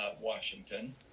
washington